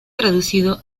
traducido